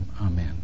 amen